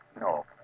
No